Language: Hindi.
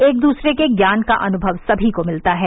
एक दूसरे के ज्ञान का अनुभव सभी को मिलता है